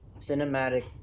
Cinematic